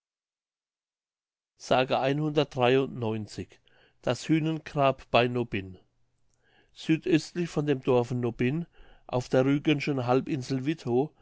das hühnengrab bei nobbin südöstlich von dem dorfe nobbin auf der rügenschen halbinsel